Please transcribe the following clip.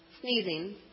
sneezing